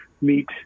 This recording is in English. meet